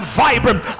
vibrant